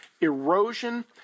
erosion